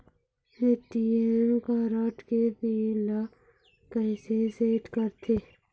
ATM card के pin ला कैसे सेट करथे?